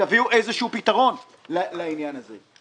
תביאו איזשהו פתרון לעניין הזה.